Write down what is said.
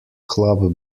club